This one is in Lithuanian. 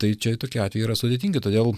tai čia tokie atvejai yra sudėtingi todėl